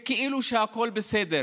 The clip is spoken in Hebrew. וכאילו שהכול בסדר.